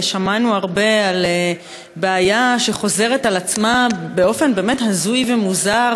שמענו הרבה על בעיה שחוזרת על עצמה באופן באמת הזוי ומוזר,